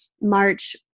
March